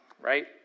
right